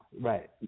Right